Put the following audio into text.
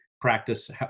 practice